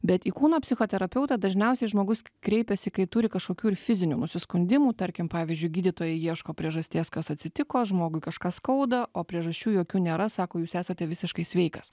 bet į kūno psichoterapeutą dažniausiai žmogus k kreipiasi kai turi kažkokių ir fizinių nusiskundimų tarkim pavyzdžiui gydytojai ieško priežasties kas atsitiko žmogui kažką skauda o priežasčių jokių nėra sako jūs esate visiškai sveikas